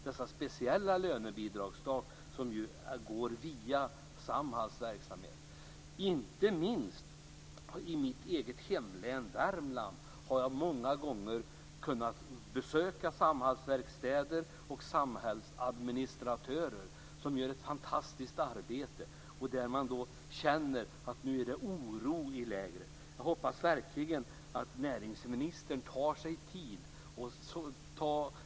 Det är speciella lönebidrag, som går via Samhalls verksamhet. Inte minst i mitt eget hemlän Värmland har jag många gånger kunnat besöka Samhallssverkstäder och Samhallsadministratörer, som gör ett fantastiskt arbete. Man känner att det är oro i lägret. Jag hoppas verkligen att näringsministern tar sig tid.